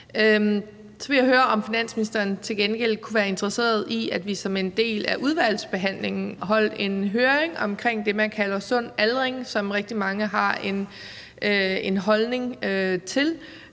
Så vil jeg høre, om finansministeren til gengæld kunne være interesseret i, at vi som en del af udvalgsbehandlingen holdt en høring omkring det, man kalder sund aldring, som rigtig mange har en holdning til,